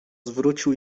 zwrócił